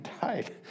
died